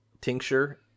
tincture